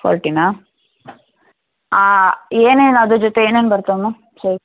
ಫೋರ್ಟಿನಾ ಏನೇನು ಅದರ ಜೊತೆ ಏನೇನು ಬರ್ತವೆ ಮ್ಯಾಮ್ ಸೈಡ್